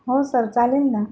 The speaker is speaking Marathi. हो सर चालेल ना